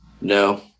No